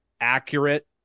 accurate